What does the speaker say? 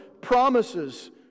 promises